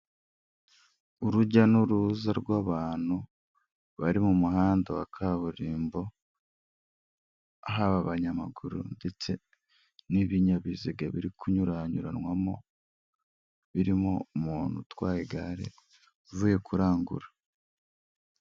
Urujya n'uruza rw'abantu bari mu muhanda wa kaburimbo, haba abanyamaguru ndetse n'ibinyabiziga biri kunyuranyuranwamo, birimo umuntu utwaye igare uvuye kurangura.